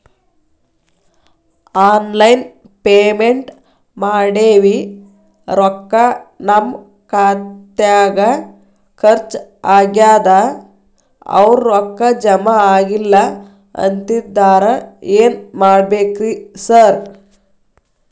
Online payment ಮಾಡೇವಿ ರೊಕ್ಕಾ ನಮ್ ಖಾತ್ಯಾಗ ಖರ್ಚ್ ಆಗ್ಯಾದ ಅವ್ರ್ ರೊಕ್ಕ ಜಮಾ ಆಗಿಲ್ಲ ಅಂತಿದ್ದಾರ ಏನ್ ಮಾಡ್ಬೇಕ್ರಿ ಸರ್?